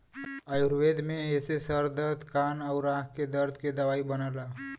आयुर्वेद में एसे सर दर्द कान आउर आंख के दर्द के दवाई बनला